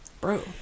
Bro